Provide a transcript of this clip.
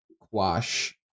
quash